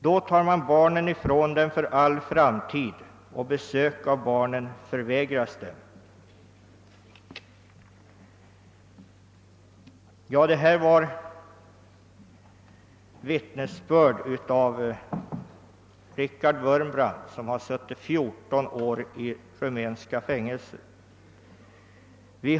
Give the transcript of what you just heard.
Då tar man barnen från dem för all framtid, och besök av barnen förvägras dem. Ja, det här är vittnesbörd av Richard Wurmbrand, som har suttit 14 år i rumänska fängelser.